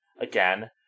again